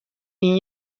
این